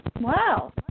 Wow